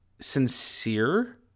sincere